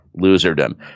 loserdom